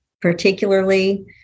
particularly